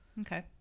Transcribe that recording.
Okay